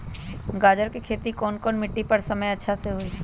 गाजर के खेती कौन मिट्टी पर समय अच्छा से होई?